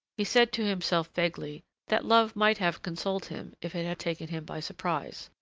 he said to himself vaguely that love might have consoled him if it had taken him by surprise,